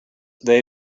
they